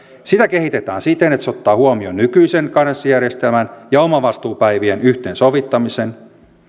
kehitetään siten että se ottaa huomioon nykyisen karenssijärjestelmän ja omavastuupäivien yhteensovittamisen